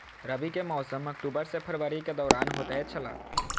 रबी के मौसम अक्टूबर से फरवरी के दौरान होतय छला